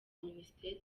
minisiteri